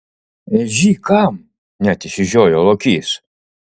ežy kam net išsižiojo lokys